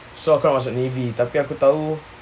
so aku nak masuk navy tapi aku tahu